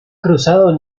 cruzado